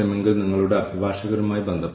കൂടാതെ ഇത് വിവിധ രീതികളിൽ വിലയിരുത്തപ്പെട്ടു